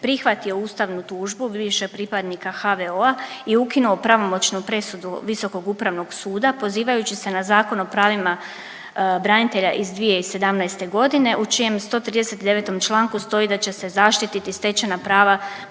prihvatio ustavnu tužbu bivšeg pripadnika HVO-a i ukinuo pravomoćnu presudu Visokog upravnog suda pozivajući se na Zakon o pravima branitelja iz 2017.g. u čijem 139. članku stoji da će se zaštititi stečena prava